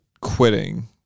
quitting